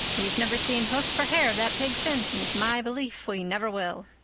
we've never seen hoof or hair of that pig since, and it's my belief we never will.